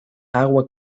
agua